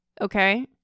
Okay